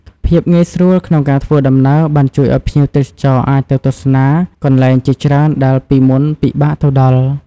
ភាពងាយស្រួលក្នុងការធ្វើដំណើរបានជួយឱ្យភ្ញៀវទេសចរអាចទៅទស្សនាកន្លែងជាច្រើនដែលពីមុនពិបាកទៅដល់។